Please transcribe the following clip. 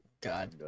god